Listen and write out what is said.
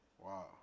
Wow